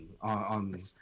on